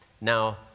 Now